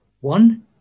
One